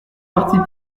parti